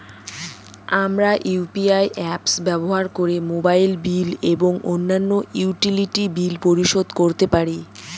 আমরা UPI apps ব্যবহার করে মোবাইল বিল এবং অন্যান্য ইউটিলিটি বিল পরিশোধ করতে পারি